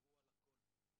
דיברו על הכול ואפשר